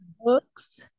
books